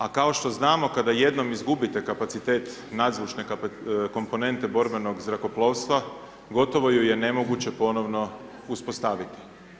A kao što znamo kada jednom izgubite kapacitet nadzvučne komponente borbenog zrakoplovstva gotovo ju je nemoguće ponovno uspostaviti.